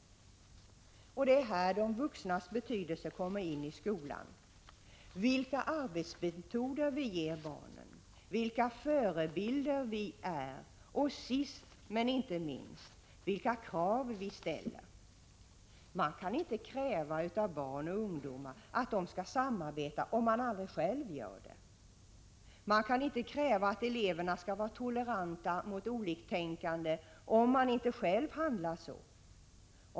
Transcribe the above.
Det är här de vuxnas betydelse kommer in i skolan — vilka arbetsmetoder vi ger barnen, vilka förebilder vi är och sist men inte minst vilka krav vi ställer. Man kan inte kräva av barn och ungdomar att de skall samarbeta, om man aldrig själv gör det. Man kan inte kräva att eleverna skall vara toleranta mot oliktänkande, om man inte själv handlar så.